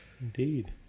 Indeed